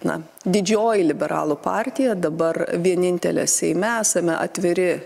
na didžioji liberalų partija dabar vienintelė seime esame atviri